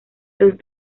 los